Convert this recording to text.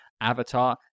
avatar